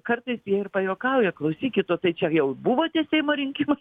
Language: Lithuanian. kartais jie ir pajuokauja klausykit o tai čia jau buvo tie seimo rinkimai